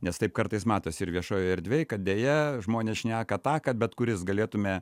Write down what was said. nes taip kartais matosi ir viešojoj erdvėj kad deja žmonės šneka tą kad bet kuris galėtume